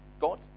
God